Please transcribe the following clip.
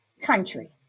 country